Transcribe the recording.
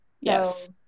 Yes